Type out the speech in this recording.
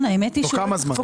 מה אתה חושב, תוך כמה זמן?